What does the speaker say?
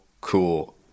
cool